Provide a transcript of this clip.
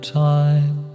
time